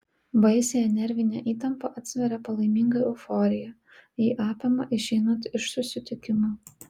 baisiąją nervinę įtampą atsveria palaiminga euforija ji apima išeinant iš susitikimo